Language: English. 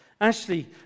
Ashley